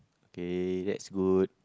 okay that's good